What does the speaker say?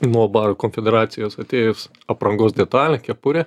nuo baro konfederacijos atėjus aprangos detalė kepurė